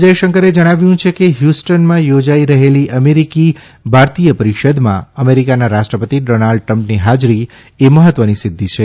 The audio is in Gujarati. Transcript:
જયશંકરે જણાવ્યું છે કે હ્યુસ્ટનમાં યોજાઇ રહેલી અમેરિકી ભારતીય પરિષદમાં અમેરિકાના રાષ્ટ્રપતિ ડોનલ્ડ ટ્રમ્પની હાજરી એ મહત્વની સિદ્ધિ છે